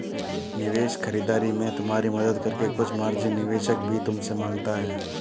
निवेश खरीदारी में तुम्हारी मदद करके कुछ मार्जिन निवेशक भी तुमसे माँगता है